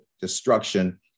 destruction